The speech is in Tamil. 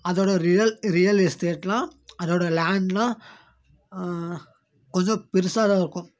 அதோடு ரியல் ரியல் எஸ்டேட்லாம் அதோட லேண்ட்லாம் கொஞ்சம் பெருசாக தான் இருக்கும்